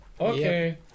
Okay